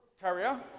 carrier